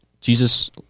Jesus